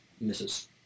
Misses